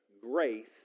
grace